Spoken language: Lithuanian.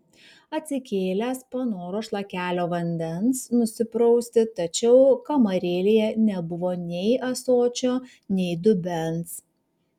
atsikėlęs panoro šlakelio vandens nusiprausti tačiau kamarėlėje nebuvo nei ąsočio nei dubens